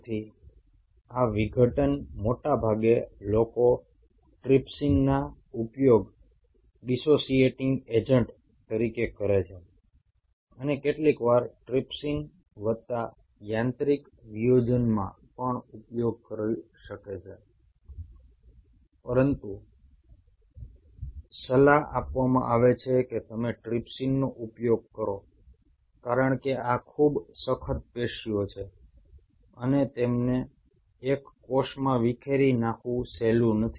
તેથી આ વિઘટન મોટેભાગે લોકો ટ્રાઇપ્સિનનો ઉપયોગ ડિસોસીએટીંગ એજન્ટ તરીકે કરે છે અને કેટલીકવાર ટ્રાઇપ્સિન વત્તા યાંત્રિક વિયોજનમાં પણ ઉપયોગ કરી શકે છે પરંતુ સલાહ આપવામાં આવે છે કે તમે ટ્રિપ્સિનનો ઉપયોગ કરો કારણ કે આ ખૂબ સખત પેશીઓ છે અને તેમને એક કોષમાં વિખેરી નાખવું સહેલું નથી